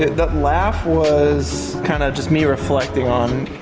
that laugh was kind of just me reflecting on